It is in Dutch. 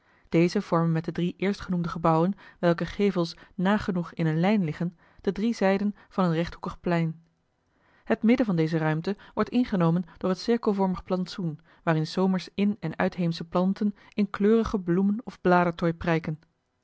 deze vormen met de drie eerstgenoemde gebouwen welker gevels nagenoeg in eene lijn liggen de drie zijden van een rechthoekig plein het midden van deze ruimte wordt ingenomen door het cirkelvormig plantsoen waarin s zomers in en uitheemsche planten in kleurige bloemen of